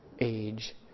age